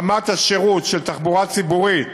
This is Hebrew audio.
רמת השירות של התחבורה הציבורית,